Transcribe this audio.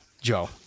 Joe